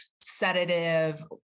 sedative